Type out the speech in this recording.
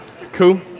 Cool